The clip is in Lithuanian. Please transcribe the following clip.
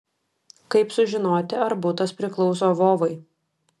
kaip sužinoti ar butas priklauso vovai